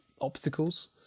obstacles